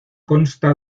consta